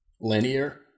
linear